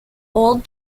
old